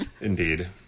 Indeed